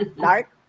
dark